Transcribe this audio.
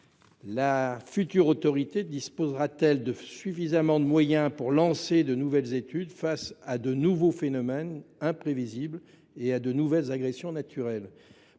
La future autorité disposera t elle de suffisamment de moyens pour lancer de nouvelles études face à de nouveaux phénomènes imprévisibles et à de nouvelles agressions naturelles ?